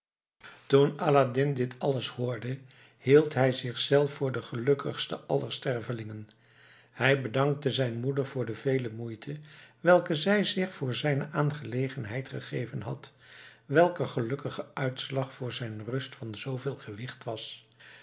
toen aladdin dit alles hoorde hield hij zichzelf voor den gelukkigste aller stervelingen hij bedankte zijn moeder voor de vele moeite welke zij zich voor zijne aangelegenheid gegeven had welker gelukkige uitslag voor zijn rust van zooveel gewicht was